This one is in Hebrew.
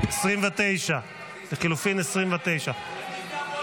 הסתייגות 29 לחלופין לא נתקבלה.